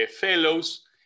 fellows